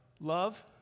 love